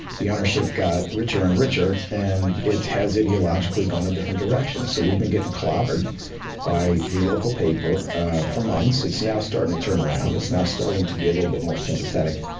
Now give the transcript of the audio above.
the ownership got richer and richer. and it has ideologically gone a different direction, so we've been getting clobbered by the local paper for months. it's now starting to turn around, it's now starting to be a little but more sympathetic,